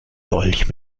dolch